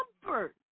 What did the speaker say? Comfort